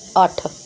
ਅੱਠ